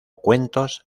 cuentos